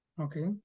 Okay